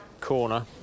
corner